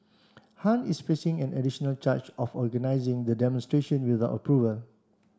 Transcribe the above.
Han is facing an additional charge of organizing the demonstration without approval